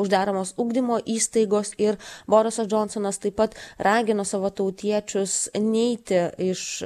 uždaromos ugdymo įstaigos ir borisas džonsonas taip pat ragino savo tautiečius neiti iš